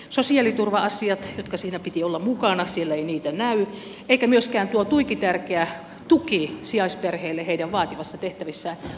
sosiaaliturva asioita jotka siinä piti olla mukana siellä ei näy eikä myöskään tuo tuiki tärkeä tuki sijaisperheille heidän vaativassa tehtävässään